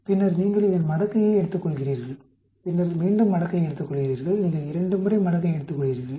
பின்னர் நீங்கள் இதன் மடக்கையை எடுத்துக்கொள்கிறீர்கள் பின்னர் மீண்டும் மடக்கையை எடுத்துக்கொள்கிறீர்கள் நீங்கள் 2 முறை மடக்கை எடுத்துக்கொள்கிறீர்கள்